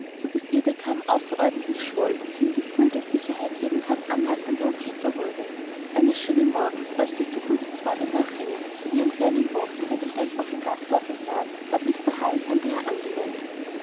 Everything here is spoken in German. so daß ihr der kamm außerordentlich schwoll und sie im gefühl der sicherheit jeden tag anmaßender und kecker wurde eines schönen morgens als sie zukunftsträumen nachhängend in ihrem kleinen wohnzimmer in dem einfachen gasthause saß ward mr havisham